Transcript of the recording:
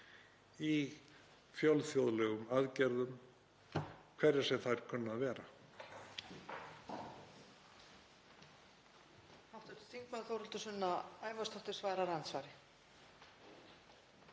í fjölþjóðlegum aðgerðum, hverjar sem þær kunna að vera?